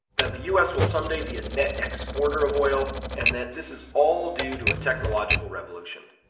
that the us will someday be a net exporter of oil, and that this is all due to a technological revolution.